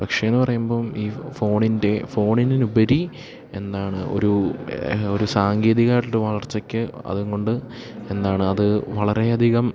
പക്ഷേയെന്ന് പറയുമ്പോള് ഈ ഫോണിൻ്റെ ഫോണിനുമുപരി എന്താണ് ഒരു ഒരു സാങ്കേതികമായിട്ടുള്ളൊരു വളർച്ചയ്ക്ക് അതും കൊണ്ട് എന്താണ് അത് വളരെയധികം